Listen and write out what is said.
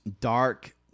dark